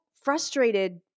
frustrated